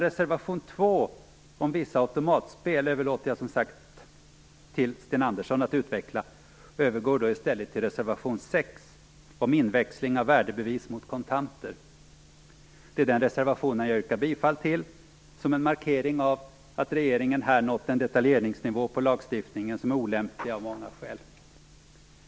Reservation 2 om vissa automatspel överlåter jag, som jag tidigare sagt, till Sten Andersson att utveckla. Jag övergår i stället till reservation 6 om inväxling av värdebevis mot kontanter. Det är den reservation jag yrkar bifall till, som en markering av att regeringen här nått en detaljeringsnivå på lagstiftningen som är olämplig, av många olika skäl.